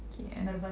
okay